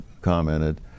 commented